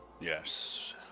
Yes